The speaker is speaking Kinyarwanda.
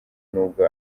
nubwo